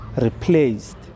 replaced